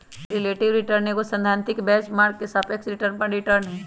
relative return एगो सैद्धांतिक benchmark के सापेक्ष निवेश पर रिटर्न हइ